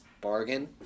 bargain